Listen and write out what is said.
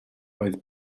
oedd